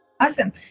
Awesome